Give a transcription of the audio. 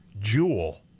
Jewel